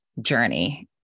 journey